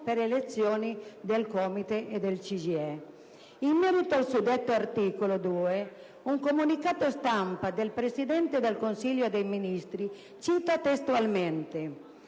le elezioni dei COMITES e del CGIE. In merito al suddetto articolo 2, un comunicato stampa della Presidenza del Consiglio dei ministri cita testualmente: